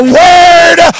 word